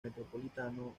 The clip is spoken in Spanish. metropolitano